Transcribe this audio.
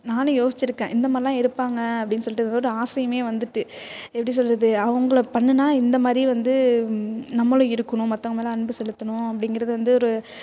நானும் யோசித்திருக்கேன் இந்தமாதிரிலாம் இருப்பாங்க அப்டின்னு சொல்லிட்டு ஒரு ஆசையும் வந்துட்டு எப்படி சொல்கிறது அவங்கள பண்ணணுன்னா இந்தமாதிரி வந்து நம்மளும் இருக்கணும் மற்றவங்க மேலே அன்பு செலுத்தணும் அப்படிங்கிறது வந்து ஒரு